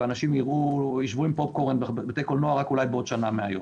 ואנשים ישבו עם פופקורן בבתי קולנוע רק אולי בעוד שנה מהיום.